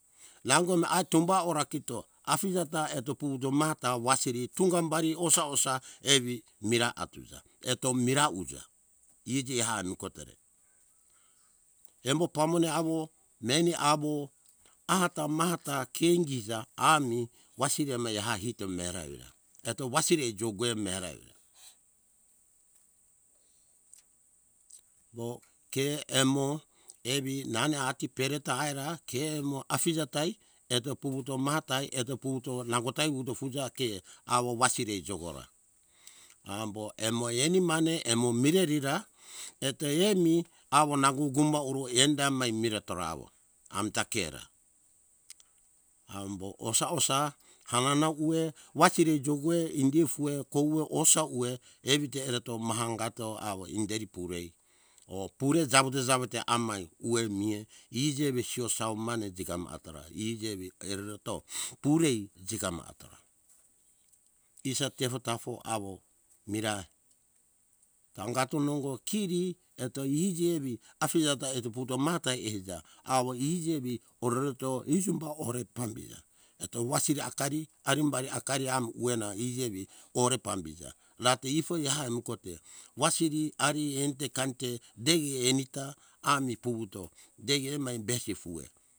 Nango mi atunga ora kito afije ta eto puvuto mahata wasiri tunga bari osa osa evi mira atuza eto mira uja iji ehami kotere embo pamone awo meni awo ahata mahata ke ingiza ami wasiri meha ito mera evira eto wasiri jouga mera evira mo ke emo evi nane ati pereta aira ke mo afije tai eto puvuto mahata eto puvuto nango uto fuzo ke awo wasiri jogora ambo emo eni mane emo mireri ra eto emi awo nango gumo uro enda mai mire tora awo amta ke ra ambo osa - osa hanana uwe wasiri jogue indi fue koue osa uwe evite ereto mahangato awo inderi purei oh pure jawote - jawote amai uwe mie iji ewi sosau mane jigama atora iji ewi eroro ta purei jigama atora isa tefo tafo awo mira angato nongo tiri eto iji evi afije ta eto puto mahata eija awo iji evi ororota isimba ore pambiza eto wasiri akari arimbari akari amu uena iji evi kore pambiza rate ifoi ehami kote wasiri ari ente kante deige eni ta ami puvuto deige emai besi fue